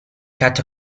cut